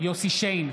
יוסף שיין,